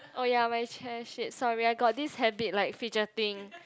oh ya my chair !shit! sorry I got this habit like fidgeting